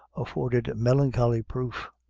afforded melancholy proof.